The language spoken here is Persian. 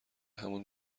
همون